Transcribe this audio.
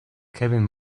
kevin